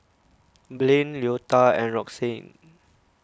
Blain Leota and Roxanne